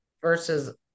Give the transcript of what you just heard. versus